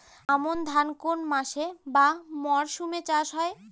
আমন ধান কোন মাসে বা মরশুমে চাষ হয়?